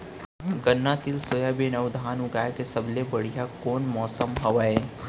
गन्ना, तिल, सोयाबीन अऊ धान उगाए के सबले बढ़िया कोन मौसम हवये?